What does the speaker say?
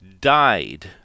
died